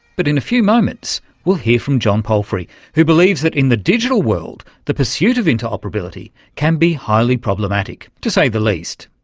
but in a few moments we'll hear from john palfrey who believes that in the digital world the pursuit of interoperability can be highly problematic, to say the least.